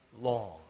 long